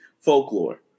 Folklore